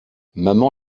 maman